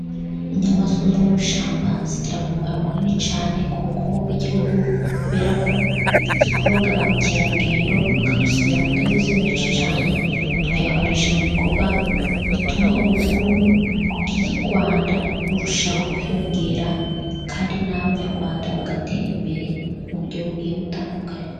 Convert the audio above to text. Inyamaswa zo mu ishyamba zigira umumaro munini cyane ku bukungu bw'igihugu. Kubera ko zikurura ba mukerarugendo bakadusigira amadovize menshi cyane. Tuyakoresha mu bikorwa bituma ubukungu bw'u Rwanda burushaho kwiyongera, kandi n'Abanyarwanda bagatera imbere mu buryo bugiye butandukanye.